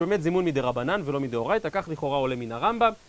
זה באמת זימון מדרבנן ולא מדאוריתא, כך לכאורה עולה מן הרמב״ם.